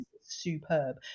superb